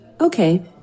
Okay